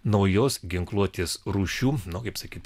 naujos ginkluotės rūšių nu kaip sakyt